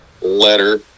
letter